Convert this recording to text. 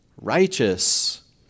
righteous